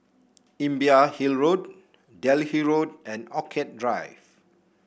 Imbiah Hill Road Delhi Road and Orchid Drive